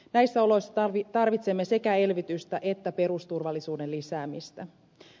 näissä oloissa tarvitsemme sekä elvytystä että perusturvallisuuden lisäämistä